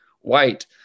white